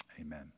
Amen